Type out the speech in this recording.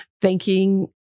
thanking